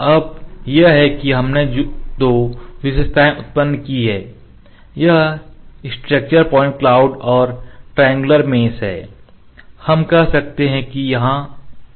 अब यह है कि हमने जो विशेषताओं उत्पन्न किए हैं यह स्ट्रक्चर्ड पॉइंट क्लाउड और ट्राइएंगुलर मेश है हम कह सकते हैं कि हम यहां है